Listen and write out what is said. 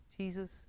Jesus